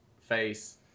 face